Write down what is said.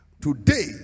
today